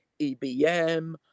EBM